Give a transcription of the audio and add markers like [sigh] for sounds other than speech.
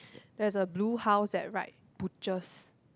[breath] there's a blue house that write butchers